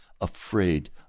afraid